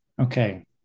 Okay